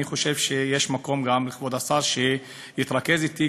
אני חושב שיש מקום גם לכבוד השר שיתרכז בי,